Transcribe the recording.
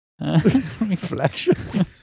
Reflections